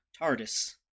TARDIS